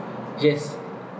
yes